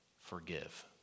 forgive